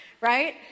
right